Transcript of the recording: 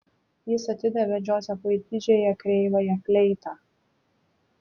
jis atidavė džozefui didžiąją kreivąją fleitą